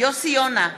יוסי יונה,